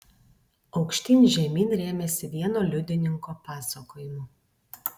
aukštyn žemyn rėmėsi vieno liudininko pasakojimu